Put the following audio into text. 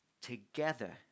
together